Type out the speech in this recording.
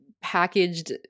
packaged